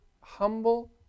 humble